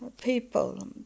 people